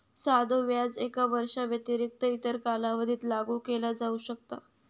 साधो व्याज एका वर्षाव्यतिरिक्त इतर कालावधीत लागू केला जाऊ शकता